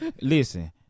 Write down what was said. Listen